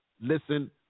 listen